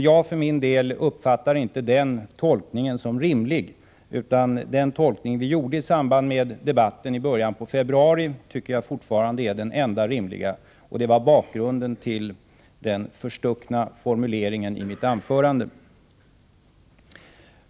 Jag för min del uppfattar inte denna tolkning som rimlig, utan den tolkning vi gjorde i samband med debatten i början av februari tycker jag fortfarande är den enda rimliga. Det var bakgrunden till den förstuckna formuleringen i mitt anförande.